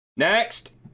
Next